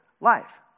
life